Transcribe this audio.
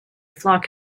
flock